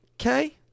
Okay